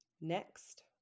Next